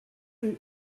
rue